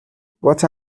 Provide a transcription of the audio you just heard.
what